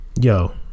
Yo